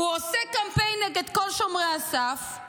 הוא עושה קמפיין נגד כל שומרי הסף,